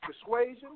persuasion